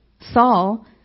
Saul